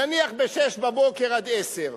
נניח מ-06:00 עד 10:00,